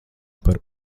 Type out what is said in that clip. par